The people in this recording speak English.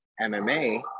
MMA